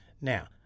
Now